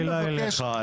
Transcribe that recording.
יש לי שאלה אליך,